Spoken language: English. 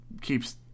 keeps